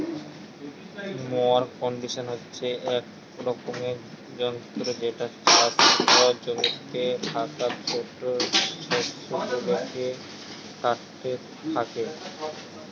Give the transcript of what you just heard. mower condition হচ্ছে এক রকমের যন্ত্র যেটা চাষের পর জমিতে থাকা ছোট শস্য গুলাকে কাটতে থাকে